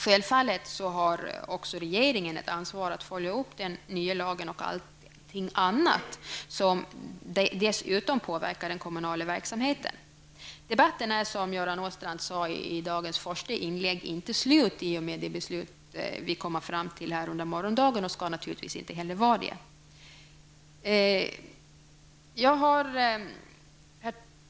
Självfallet har också regeringen ett ansvar att följa upp den nya lagen och allt annat som dessutom påverkar den kommunala verksamheten. Debatten är, som Göran Åstrand sade i dagens första inlägg, inte slut i och med det beslut som vi kommer att fatta här under morgondagen och skall naturligtvis inte heller vara det. Herr talman!